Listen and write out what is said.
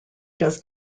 does